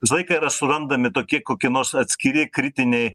visą laiką yra surandami tokie kokie nors atskiri kritiniai